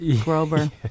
Grover